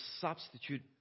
substitute